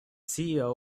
ceo